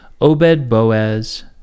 Obed-Boaz